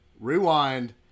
rewind